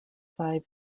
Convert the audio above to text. five